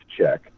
check